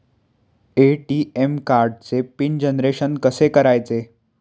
ATM कार्डचे PIN generation कसे करायचे?